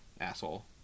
asshole